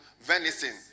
venison